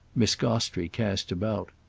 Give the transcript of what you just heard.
miss gostrey cast about.